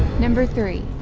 number three